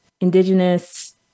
indigenous